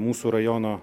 mūsų rajono